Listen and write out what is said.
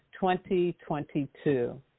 2022